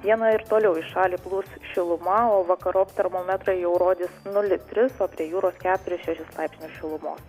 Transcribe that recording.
dieną ir toliau į šalį plūs šiluma o vakarop termometrai jau rodys nulį tris o prie jūros keturis šešis laipsnius šilumos